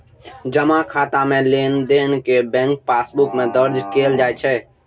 जमा खाता मे लेनदेन कें बैंक पासबुक मे दर्ज कैल जाइ छै